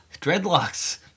dreadlocks